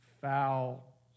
foul